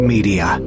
Media